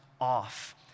off